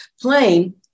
playing